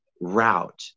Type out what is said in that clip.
route